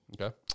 Okay